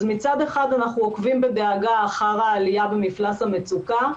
אז מצד אחד אנחנו עוקבים בדאגה אחר העליה במפלס המצוקה,